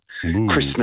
Christmas